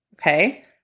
okay